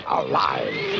alive